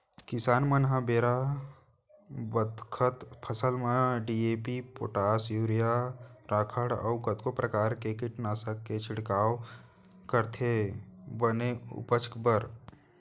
किसान मन ह बेरा बखत फसल म डी.ए.पी, पोटास, यूरिया, राखड़ अउ कतको परकार के कीटनासक के छिड़काव करथे बने उपज बर